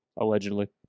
allegedly